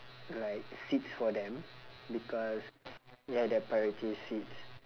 like seats for them because ya they're priority seats